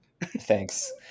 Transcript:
thanks